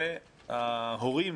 וההורים